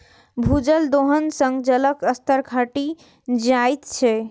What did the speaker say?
भूजल दोहन सं जलक स्तर घटि जाइत छै